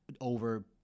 over